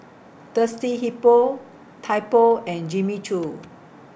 Thirsty Hippo Typo and Jimmy Choo